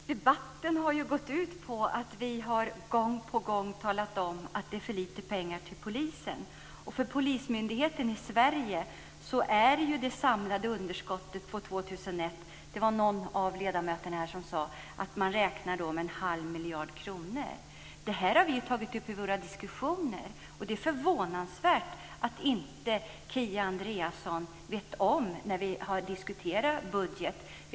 Fru talman! Debatten har ju gått ut på att vi gång på gång har talat om att det är för lite pengar till polisen. För polismyndigheten i Sverige sade någon av ledamöterna att man räknar med att det samlade underskottet för 2001 blir 1⁄2 miljard kronor. Det här har vi tagit upp i våra diskussioner. Det är förvånansvärt att inte Kia Andreasson vet om det när vi har diskuterat budget.